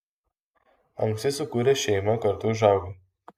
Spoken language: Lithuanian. anksti sukūręs šeimą kartu užaugi